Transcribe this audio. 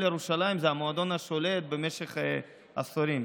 ירושלים זה המועדון השולט במשך עשורים.